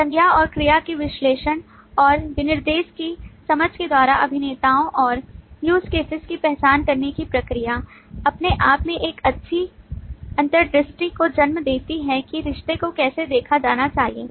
संज्ञा और क्रिया के विश्लेषण और विनिर्देश की समझ के द्वारा अभिनेताओं और use cases की पहचान की प्रक्रिया अपने आप में एक अच्छी अंतर्दृष्टि को जन्म देती है कि रिश्ते को कैसे देखा जाना चाहिए